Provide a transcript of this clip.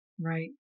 Right